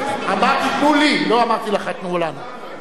אמרתי "תנו לי", לא אמרתי לך "תנו לנו".